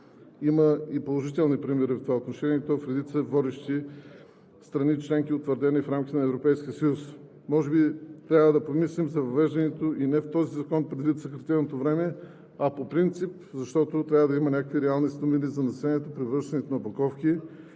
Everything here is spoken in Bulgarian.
Има и положителни примери в това отношение, и то в редица водещи страни членки, утвърдени в рамките на Европейския съюз. Може би трябва да помислим за въвеждането, и не в този закон предвид съкратеното време, а по принцип, защото трябва да има някакви реални стимули за населението при връщането на опаковки.